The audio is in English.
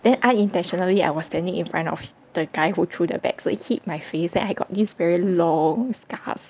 then I intentionally I was standing in front of the guy who threw the bags so it hit my face then I got this very long scars